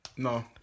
No